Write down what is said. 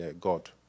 God